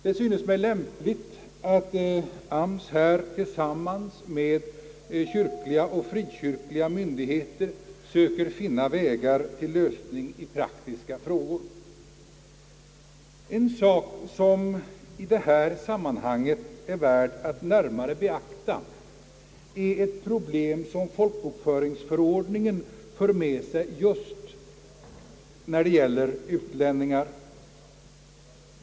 Det synes mig lämpligt att AMS här tillsammans med kyrkliga och frikyrkliga myndigheter söker finna vägar till lösning i praktiska frågor. En sak, som i detta sammanhang är värd att närmare beakta, utgör det problem som folkbokföringsförordningen ger upphov till just när det gäller utlänningar.